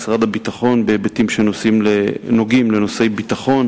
משרד הביטחון בהיבטים שנוגעים לנושאי ביטחון: